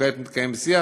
כעת מתקיים שיח